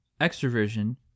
Extroversion